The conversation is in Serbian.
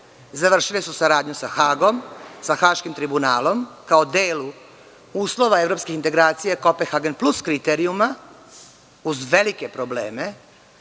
Završile su saradnju sa Hagom, sa Haškim tribunalom kao delu uslova evropskih integracija, Kopenhagen plus kriterijuma, uz velike probleme